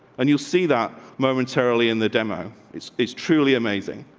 and you'll see that momentarily in the demo. it is truly amazing.